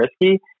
risky